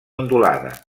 ondulada